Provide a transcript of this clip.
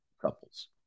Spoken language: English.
couples